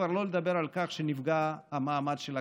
בלי לדבר על כך שנפגע המעמד של הכנסת.